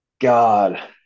God